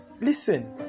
Listen